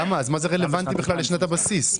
מה זה רלוונטי בכלל לשנת הבסיס?